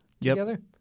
together